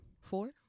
four